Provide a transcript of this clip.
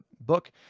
book